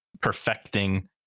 perfecting